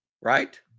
Right